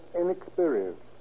inexperienced